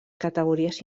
categories